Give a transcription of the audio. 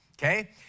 okay